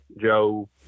joe